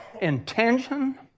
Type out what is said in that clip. intention